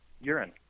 urine